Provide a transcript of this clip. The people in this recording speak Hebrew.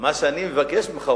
מה שאני מבקש ממך,